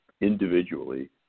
individually